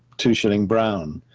two shilling brown,